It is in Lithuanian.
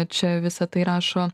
čia visa tai rašo